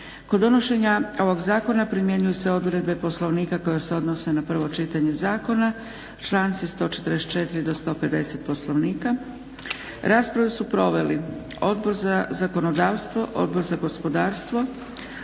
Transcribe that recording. kod donošenja ovog zakona primjenjuje se odredbe Poslovnika koje se odnose na prvo čitanje zakona članci 144.do 150. Poslovnika. Raspravu su proveli Odbor za zakonodavstvo, Odbor za gospodarstvo,